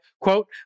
quote